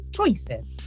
Choices